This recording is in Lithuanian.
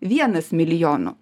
vienas milijono